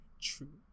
true